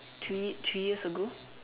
three three years ago